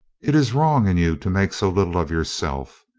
it is wrong in you to make so little of yourself.